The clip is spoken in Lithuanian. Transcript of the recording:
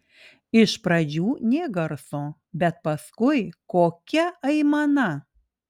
iš pradžių nė garso bet paskui kokia aimana